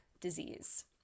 disease